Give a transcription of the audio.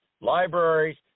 libraries